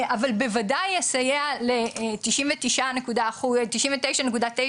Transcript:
אבל בוודאי יסייע לתשעים ותשעה נקודה תשעה